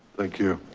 thank you,